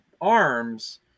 arms